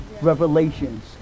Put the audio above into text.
revelations